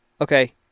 okay